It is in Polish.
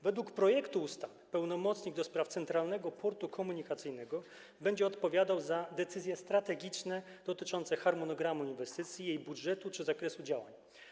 Według projektu ustawy pełnomocnik do spraw Centralnego Portu Komunikacyjnego będzie odpowiadał za decyzje strategiczne dotyczące harmonogramu inwestycji, jej budżetu czy zakresu działań.